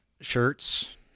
shirts